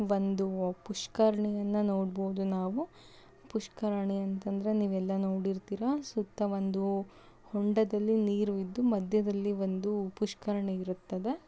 ಒಂದು ಪುಷ್ಕರ್ಣಿಯನ್ನು ನೋಡ್ಬೋದು ನಾವು ಪುಷ್ಕರ್ಣಿ ಅಂತ ಅಂದರೆ ನೀವೆಲ್ಲ ನೋಡಿರ್ತೀರ ಸುತ್ತ ಒಂದು ಹೊಂಡದಲ್ಲಿ ನೀರು ಇದ್ದು ಮಧ್ಯದಲ್ಲಿ ಒಂದು ಪುಷ್ಕರ್ಣಿ ಇರುತ್ತದೆ